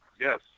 Yes